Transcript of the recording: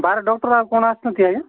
ବାହାର ଡକ୍ଟର୍ ଆଉ କ'ଣ ଆସୁଛନ୍ତି ଆଜ୍ଞା